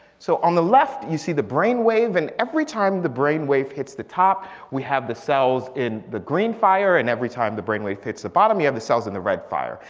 so on the left you see the brain wave and every time the brain wave hits the top. we have the cells in the green fire and every time the brain wave hits the bottom you have the cells in the red fire.